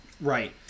Right